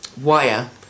wire